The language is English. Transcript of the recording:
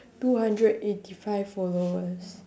two hundred eighty five followers